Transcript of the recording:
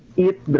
it